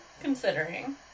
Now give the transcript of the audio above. considering